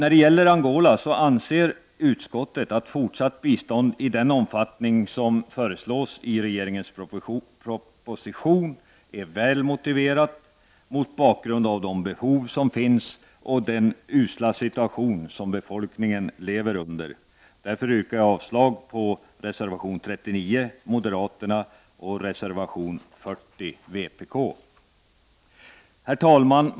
Utskottet anser att fortsatt bistånd till Angola i den omfattning som regeringen föreslår är väl motiverat, mot bakgrund av behoven och befolkningens usla situation. Därför yrkar jag avslag på reservation 39 från moderaterna och reservation 40 från vpk. Herr talman!